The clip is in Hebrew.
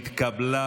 נתקבל.